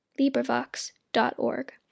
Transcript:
LibriVox.org